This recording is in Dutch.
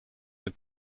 het